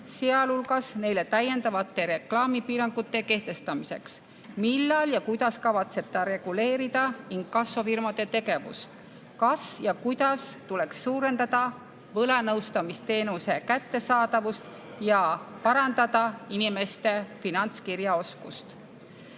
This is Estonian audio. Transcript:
sealhulgas neile täiendavate reklaamipiirangute kehtestamiseks. Millal ja kuidas kavatseb ta reguleerida inkassofirmade tegevust? Kas ja kuidas tuleks suurendada võlanõustamisteenuse kättesaadavust ja parandada inimeste finantskirjaoskust?